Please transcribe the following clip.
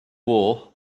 war